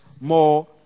more